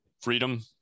freedom